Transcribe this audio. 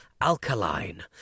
Alkaline